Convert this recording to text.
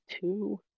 two